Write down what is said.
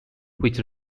which